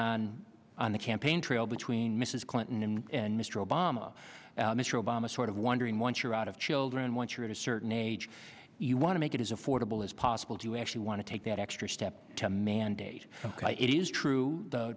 on on the campaign trail between mrs clinton and mr obama mr obama sort of wondering once you're out of children once you're at a certain age you want to make it as affordable as possible to actually want to take that extra step to mandate it is true